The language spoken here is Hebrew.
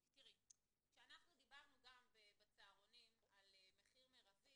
--- כשאנחנו דיברנו גם בצהרונים על מחיר מרבי